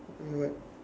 what